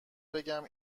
بگم